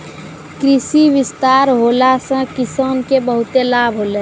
कृषि विस्तार होला से किसान के बहुते लाभ होलै